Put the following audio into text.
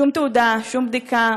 שום תעודה, שום בדיקה.